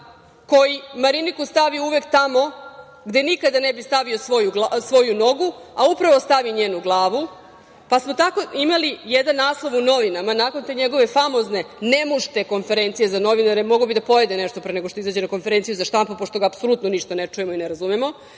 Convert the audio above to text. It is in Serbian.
koji Mariniku stavi uvek tamo gde nikada ne bi stavio svoju nogu, a upravo stavi njenu glavu, pa smo tako imali jedan naslov u novinama, nakon te njegove famozne nemušte konferencije za novinare, mogao bi da pojede nešto pre nego što izađe na konferenciju za štampu, pošto ga apsolutno ništa ne čujemo i ne razumemo,